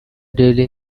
daily